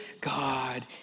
God